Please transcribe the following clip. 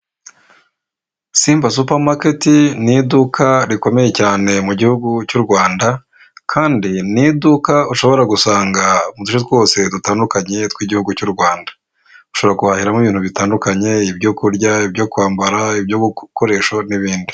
Simba supamaketi ni iduka rikomeye cyane mu gihugu cy'uRwanda. Kandi ni iduka ushobora gusanga mu duce twose dutandukanye tw'igihugu cy'uRwanda. Ushobora guhahiramo ibintu bitandukanye ibyo kurya, ibyo kwambara, ibikoresho n'ibindi.